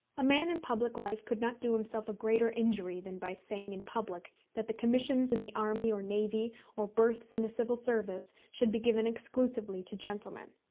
a man in public life could not do himself a greater injury than by saying in public that the commissions in the army or navy, or berths in the civil service, should be given exclusively to gentlemen.